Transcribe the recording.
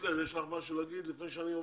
קוטלר, יש לך משהו להגיד לפני שאני עובר?